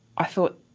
i thought,